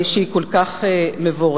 שהיא כל כך מבורכת.